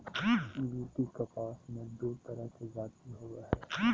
BT कपास मे दू तरह के जाति होबो हइ